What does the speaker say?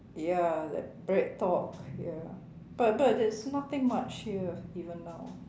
ya that's Breadtalk ya but but there's nothing much here even now